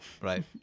right